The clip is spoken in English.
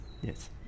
yes